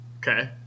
Okay